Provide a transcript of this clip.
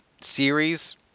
series